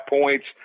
points